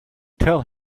tell